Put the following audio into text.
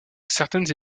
certaines